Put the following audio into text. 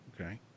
Okay